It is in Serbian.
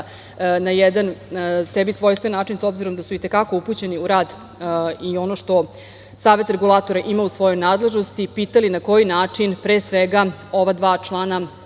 na jedan sebi svojstven način, s obzirom na to da su i te kako upućeni u rad i ono što Savet Regulatora ima u svojoj nadležnosti, pitali na koji način pre svega ova dva člana